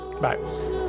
bye